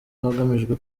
hagamijwe